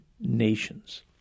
nations